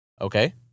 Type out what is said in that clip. Okay